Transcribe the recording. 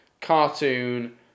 cartoon